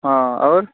हँ आओर